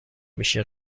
میشه